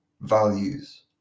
values